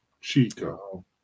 Chico